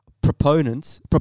proponents